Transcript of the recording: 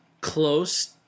close